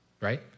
right